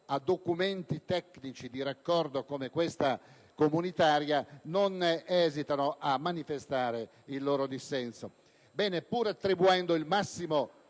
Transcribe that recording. a documenti tecnici di raccordo come questa legge comunitaria, non esitano a manifestare il loro dissenso.